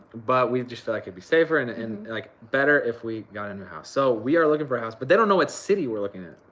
but we just feel like it'd be safer and and like better if we got a new house. so we are looking for a house, but they don't know what city we're looking at.